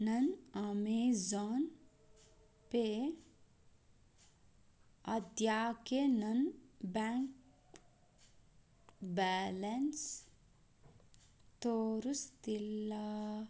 ನನ್ನ Amazon Pay ಅದ್ಯಾಕೆ ನನ್ನ ಬ್ಯಾಂಕ್ ಬ್ಯಾಲೆನ್ಸ್ ತೋರಸ್ತಿಲ್ಲ